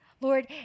Lord